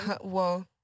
Whoa